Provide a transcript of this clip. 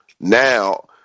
Now